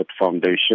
Foundation